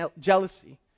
jealousy